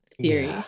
theory